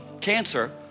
cancer